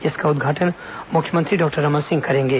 इसका उद्घाटन मुख्यमंत्री डॉक्टर रमन सिंह करेंगे